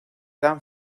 dan